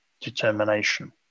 determination